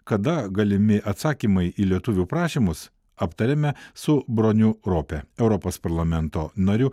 kada galimi atsakymai į lietuvių prašymus aptariame su broniu rope europos parlamento nariu